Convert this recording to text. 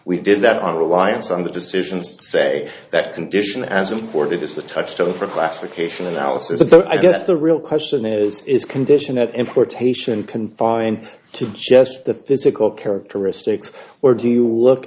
we did that our reliance on the decisions say that condition as important is the touchstone for classification analysis but i guess the real question is is condition at importation confined to just the physical characteristics or do we look